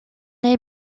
est